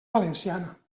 valenciana